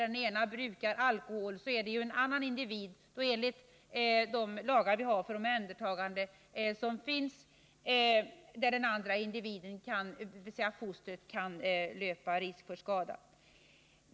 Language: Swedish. När den ena brukar alkohol är det ju en annan individ, dvs. fostret, som löper risk för skada, och enligt de lagar vi har för omhändertagande kan ett ingripande då ske.